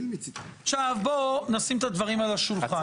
עכשיו בוא נשים את הדברים על השולחן.